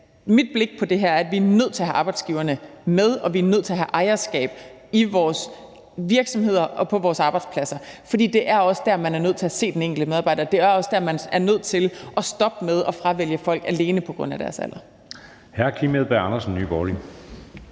mit blik på det her er, at vi er nødt til at have arbejdsgiverne med, og at vi er nødt til at have ejerskab i vores virksomheder og på vores arbejdspladser. For det er også der, man er nødt til at se den enkelte medarbejder; det er også der, man er nødt til at stoppe med at fravælge folk på grund af deres alder